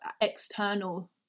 external